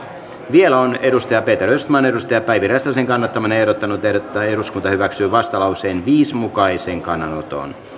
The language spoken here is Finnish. vielä on peter östman päivi räsäsen kannattamana ehdottanut että eduskunta hyväksyy vastalauseen viiden mukaisen kannanoton